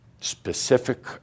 specific